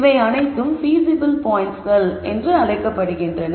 இவை அனைத்தும் பீசிபில் பாயின்ட்ஸ்கள் என்று அழைக்கப்படுகின்றன